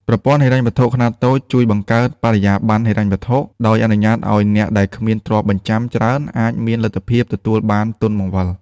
ប្រព័ន្ធហិរញ្ញវត្ថុខ្នាតតូចជួយបង្កើតបរិយាបន្នហិរញ្ញវត្ថុ ដោយអនុញ្ញាតឱ្យអ្នកដែលគ្មានទ្រព្យបញ្ចាំច្រើនអាចមានលទ្ធភាពទទួលបានទុនបង្វិល។